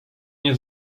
nie